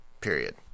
period